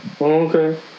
Okay